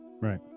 Right